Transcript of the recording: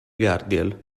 gardiel